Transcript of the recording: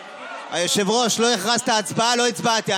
היושב-ראש, לא הכרזת הצבעה, לא הצבעתי.